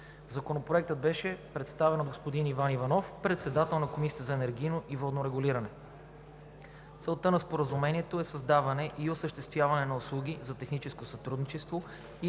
Законопроектът беше представен от господин Иван Иванов – председател на Комисията за енергийно и водно регулиране. Целта на Споразумението е създаването и осъществяването на услуги за техническо сътрудничество